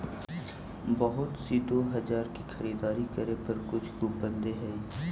बहुत सी दो हजार की खरीदारी करे पर कुछ कूपन दे हई